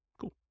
Cool